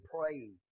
praying